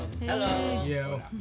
Hello